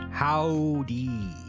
Howdy